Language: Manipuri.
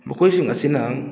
ꯃꯈꯣꯏꯁꯤꯡ ꯑꯁꯤꯅ